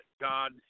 God